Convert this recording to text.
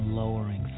lowering